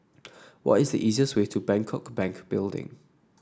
what is the easiest way to Bangkok Bank Building